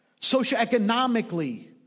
socioeconomically